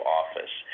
office